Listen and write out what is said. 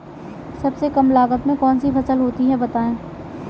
सबसे कम लागत में कौन सी फसल होती है बताएँ?